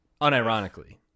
unironically